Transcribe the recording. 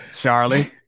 Charlie